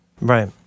Right